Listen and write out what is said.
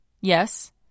Yes